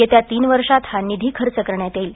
येत्या तीन वर्षात हा निधी खर्च करण्यात येईल